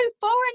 foreign